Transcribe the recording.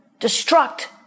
Destruct